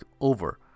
over